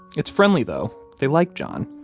it's friendly, though. they like john.